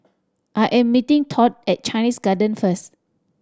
I am meeting Todd at Chinese Garden first